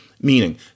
meaning